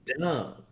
dumb